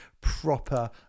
proper